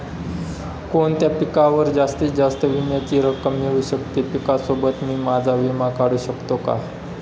कोणत्या पिकावर जास्तीत जास्त विम्याची रक्कम मिळू शकते? पिकासोबत मी माझा विमा काढू शकतो का?